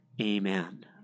Amen